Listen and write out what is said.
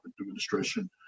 administration